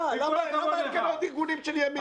למה אין כאן ארגונים של ימין?